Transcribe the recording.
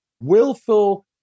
willful